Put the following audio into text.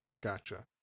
Gotcha